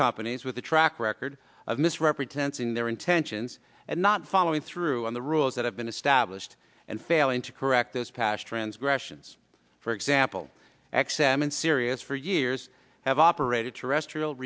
companies with a track record of misrepresenting their intentions and not following through on the rules that have been established and failing to correct those past transgressions for example x m and sirius for years have operated terrestrial